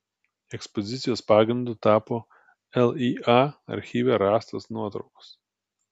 ekspozicijos pagrindu tapo lya archyve rastos nuotraukos